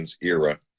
era